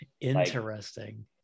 interesting